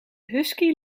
husky